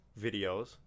videos